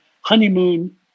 honeymoon